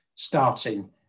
starting